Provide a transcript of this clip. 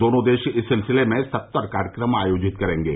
दोनों देश इस सिलसिले में सत्तर कार्यक्रम आयोजित करेंगे